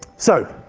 so,